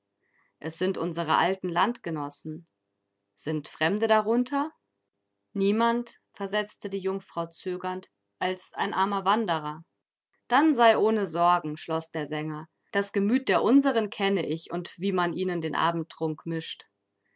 es sind unsere alten landgenossen sind fremde darunter niemand versetzte die jungfrau zögernd als ein armer wanderer dann sei ohne sorgen schloß der sänger das gemüt der unseren kenne ich und wie man ihnen den abendtrunk mischt